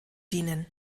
dienen